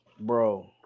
bro